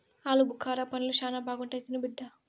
ఆలుబుకారా పండ్లు శానా బాగుంటాయి తిను బిడ్డ